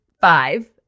five